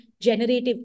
generative